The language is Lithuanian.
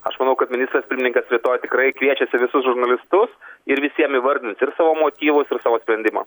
aš manau kad ministras pirmininkas rytoj tikrai kviečiasi visus žurnalistus ir visiem įvardins ir savo motyvus ir savo sprendimą